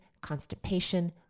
constipation